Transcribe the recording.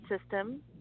system